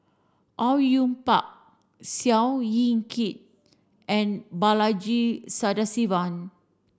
Au Yue Pak Seow Yit Kin and Balaji Sadasivan